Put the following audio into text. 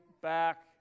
back